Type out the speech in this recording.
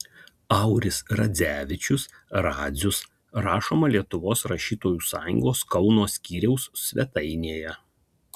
auris radzevičius radzius rašoma lietuvos rašytojų sąjungos kauno skyriaus svetainėje